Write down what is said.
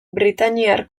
britainiar